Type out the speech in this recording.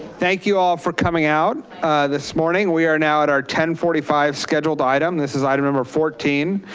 thank you all for coming out this morning. we are now at our ten forty five scheduled item. this is item number fourteen,